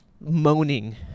moaning